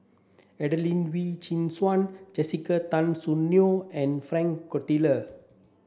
Adelene Wee Chin Suan Jessica Tan Soon Neo and Frank